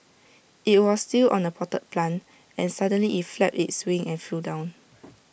IT was still on A potted plant and suddenly IT flapped its wings and flew down